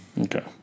Okay